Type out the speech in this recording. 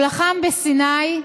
הוא לחם בסיני,